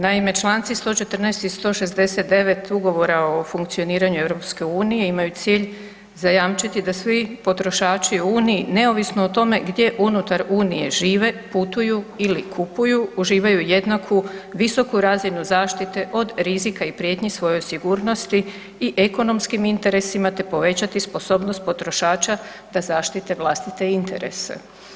Naime, čl. 114. i 169. ugovora o funkcioniranju EU-a, imaju cilj zajamčiti da svi potrošači u Uniji, neovisno o tome gdje unutar Unije žive, putuju ili kupuju, uživaju jednaku visoku razinu zaštite od rizika i prijetnji svojoj sigurnosti i ekonomskim interesima te povećati sposobnost potrošača da zaštite vlastite interese.